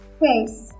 face